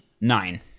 Nine